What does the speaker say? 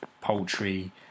poultry